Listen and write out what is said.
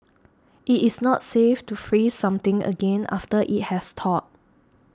it is not safe to freeze something again after it has thawed